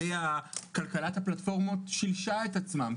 כמות עובדי כלכלת הפלטפורמות שילשה את עצמה.